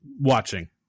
watching